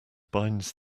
binds